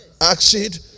acid